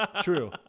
true